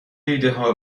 ایدهها